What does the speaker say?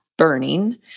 burning